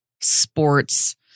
sports